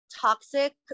Toxic